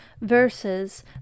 versus